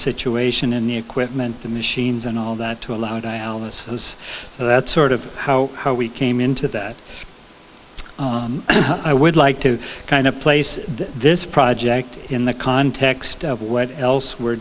situation in the equipment the machines and all of that to allow dialysis for that sort of how how we came into that i would like to kind of place this project in the context of what else we're